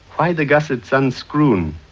why the gussets unscrewn?